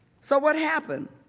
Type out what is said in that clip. so what happened?